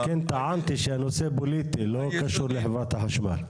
על כן טענתי שהנושא פוליטי, לא קשור לחברת החשמל.